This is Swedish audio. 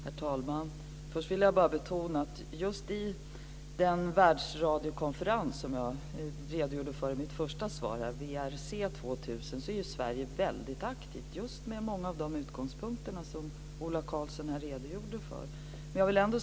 Herr talman! Först vill jag betona att Sverige är aktivt i Världsradiokonferensen, WRC 2000, just med många av de utgångspunkter som Ola Karlsson redogjorde för.